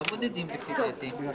לא בודדים, לדעתי.